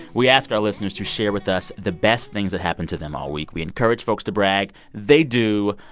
we ask our listeners to share with us the best things that happened to them all week. we encourage folks to brag. they do.